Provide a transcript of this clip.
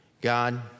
God